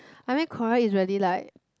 I mean Korea is really like